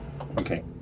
Okay